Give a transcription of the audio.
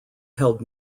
held